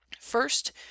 First